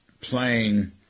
playing